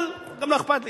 אבל גם לא אכפת לי.